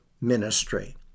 ministry